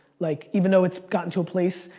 like, even though it's gotten to a place,